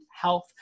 health